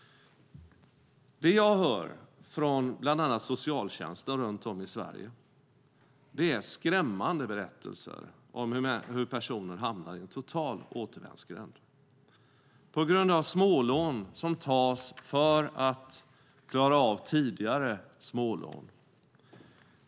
Det jag hör från bland annat socialtjänsten runt om i Sverige är skrämmande berättelser om hur personer hamnar i en total återvändsgränd på grund av smålån som tas för att klara av tidigare smålån.